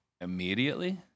immediately